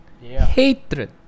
hatred